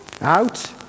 out